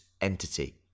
entity